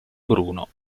bruno